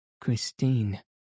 Christine